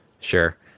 sure